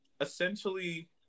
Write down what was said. essentially